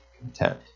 content